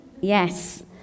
Yes